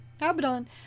Abaddon